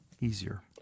easier